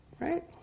right